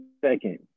Second